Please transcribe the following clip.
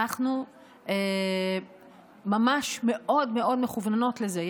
אנחנו ממש מכוונות לזה.